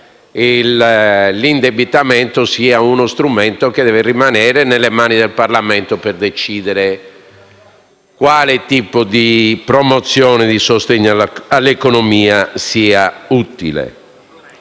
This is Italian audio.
l'indebitamento sia uno strumento che deve rimanere nelle mani del Parlamento, per decidere quale tipo di promozione e di sostegno all'economia sia utile